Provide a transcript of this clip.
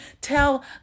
Tell